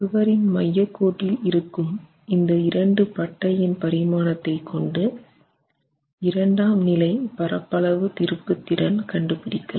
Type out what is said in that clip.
சுவரின் மையக் கோட்டில் இருக்கும் இந்த இரண்டு பட்டையின் பரிமாணத்தை கொண்டு இரண்டாம் நிலை பரப்பளவு திருப்புத்திறன் கண்டு பிடிக்கலாம்